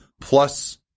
plus